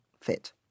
fit